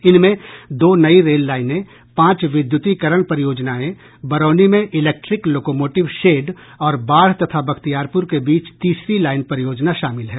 इनमें दो नई रेल लाइनें पांच विद्युतीकरण परियोजनाएं बरौनी में इलेक्ट्रिक लोकोमोटिव शेड और बाढ़ तथा बख्तियारपुर के बीच तीसरी लाइन परियोजना शामिल है